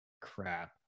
crap